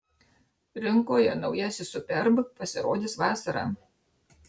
rinkoje naujasis superb pasirodys vasarą